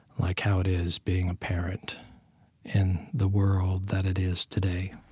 like how it is being a parent in the world that it is today